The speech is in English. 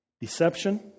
deception